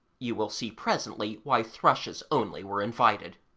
you will see presently why thrushes only were invited.